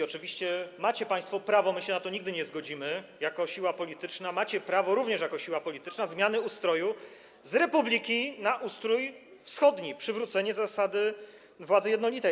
Oczywiście macie państwo prawo - my się na to nigdy nie zgodzimy jako siła polityczna - macie prawo również jako siła polityczna do zmiany ustroju z republiki na ustrój wschodni, przywrócenia zasady władzy jednolitej.